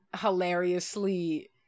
hilariously